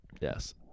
Yes